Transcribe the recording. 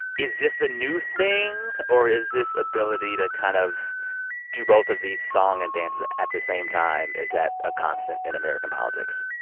is this a new thing, or is this ability to kind of do both of these song and dances at the same time is that a constant in american politics?